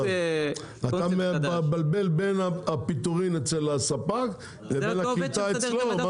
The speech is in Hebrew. אתה מבלבל בין הפיטורין אצל הספק לבין הקליטה אצלו.